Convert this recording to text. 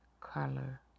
color